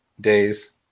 days